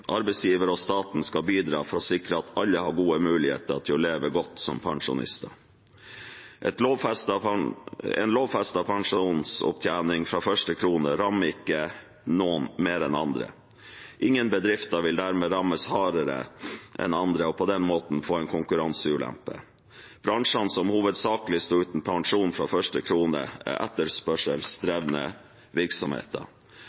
og staten skal bidra for å sikre at alle har gode muligheter til å leve godt som pensjonister. En lovfestet pensjonsopptjening fra første krone rammer ikke noen mer enn andre. Ingen bedrifter vil dermed rammes hardere enn andre og på den måten få en konkurranseulempe. Bransjene som hovedsakelig står uten pensjon fra første krone, er